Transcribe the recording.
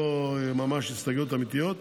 לא ממש הסתייגויות אמיתית.